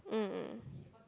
mm mm